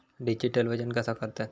Digital वजन कसा करतत?